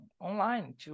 online